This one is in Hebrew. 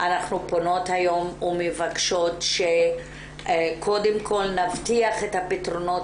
אנחנו פונות היום ומבקשות שקודם כל נבטיח את הפתרונות